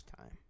time